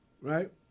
right